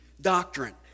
doctrine